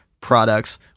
products